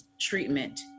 treatment